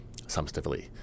substantively